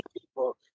people